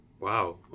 Wow